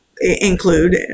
include